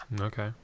Okay